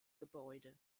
gebäude